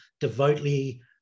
devoutly